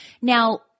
Now